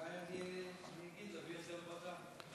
אולי אגיד להעביר את זה לוועדה.